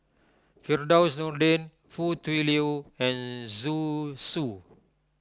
Firdaus Nordin Foo Tui Liew and Zhu Xu